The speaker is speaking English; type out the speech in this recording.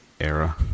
era